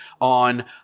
on